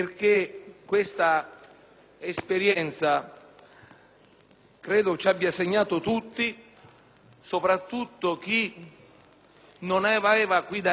ci abbia segnato tutti, soprattutto chi non aveva da rivendicare posizioni di parte